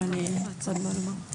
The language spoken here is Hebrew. לנו אין מה לומר.